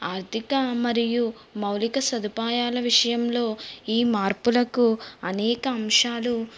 ఆర్థిక మరియు మౌలిక సదుపాయాల విషయంలో ఈ మార్పులకు అనేక అంశాలు